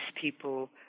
people